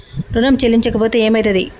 ఋణం చెల్లించకపోతే ఏమయితది?